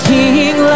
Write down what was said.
King